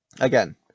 Again